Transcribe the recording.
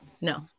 No